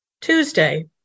Tuesday